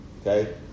Okay